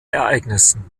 ereignissen